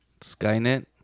Skynet